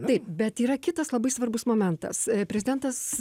taip bet yra kitas labai svarbus momentas prezidentas